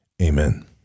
Amen